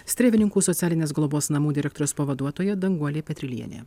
strėvininkų socialinės globos namų direktoriaus pavaduotoja danguolė petrylienė